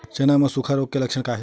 चना म सुखा रोग के लक्षण का हे?